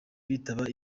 bitaba